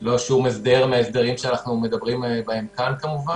ולא שום הסדר מההסדרים שאנחנו מדברים בהם כאן כמובן.